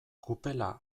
kupela